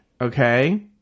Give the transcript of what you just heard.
okay